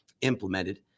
implemented